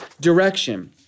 direction